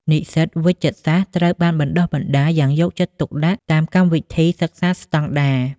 និស្សិតវេជ្ជសាស្ត្រត្រូវបានបណ្ដុះបណ្ដាលយ៉ាងយកចិត្តទុកដាក់តាមកម្មវិធីសិក្សាស្តង់ដារ។